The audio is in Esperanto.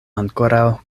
ankoraŭ